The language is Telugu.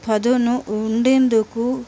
పదును ఉండేందుకు